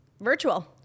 virtual